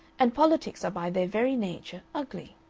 and politics are by their very nature ugly.